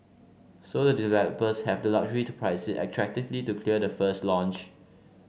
so the developers have the luxury to price it attractively to clear the first launch